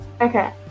Okay